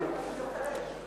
אני רוצה להעיר.